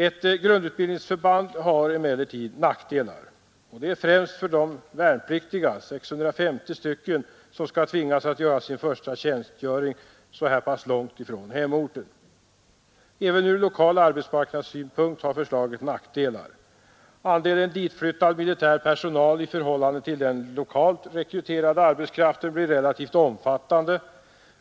Ett grundutbildningsförband har emellertid nackdelar, främst för de 650 värnpliktiga som tvingas göra sin första tjänstgöring långt från hemorten. Även från lokal arbetsmarknadssynpunkt har förslaget nackdelar. Andelen ditflyttad militär personal i förhållande till lokalt rekryterad arbetskraft blir relativt omfattande,